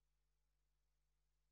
11:00.